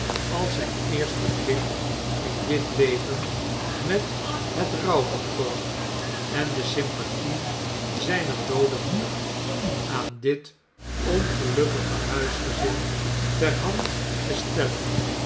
als zijn eerste plicht in dit leven met net rouwbeklag en de sympathie zjjner doode moeder aan dit ongelukkige huisgezin ter hand te stellen